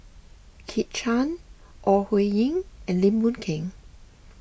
Kit Chan Ore Huiying and Lim Boon Keng